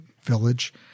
village